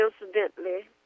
incidentally